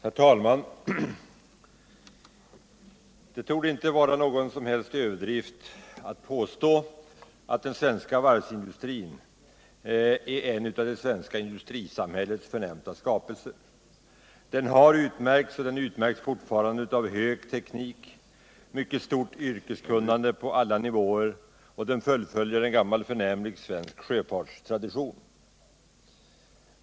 Herr talman! Det torde inte vara någon som helst överdrift att påstå att den svenska varvsindustrin är en av det svenska industrisamhällets förnämsta skapelser. Den har utmärkts — och utmärks fortfarande — av hög teknik och mycket stort yrkeskunnande på alla nivåer. Den fullföljer också en gammal förnämlig svensk sjöfartstradition.